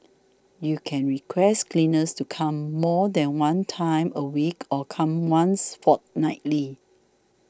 you can request cleaners to come more than one time a week or come once fortnightly